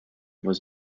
was